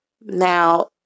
Now